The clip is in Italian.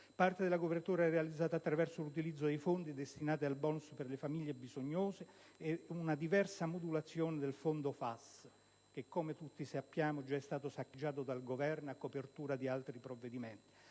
Parte della copertura è realizzata attraverso l'utilizzo dei fondi destinati al *bonus* per le famiglie bisognose ed una diversa modulazione del fondo FAS che, come tutti sappiamo, è già stato saccheggiato dal Governo a copertura di altri provvedimenti.